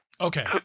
Okay